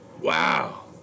Wow